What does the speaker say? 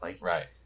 Right